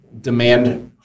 demand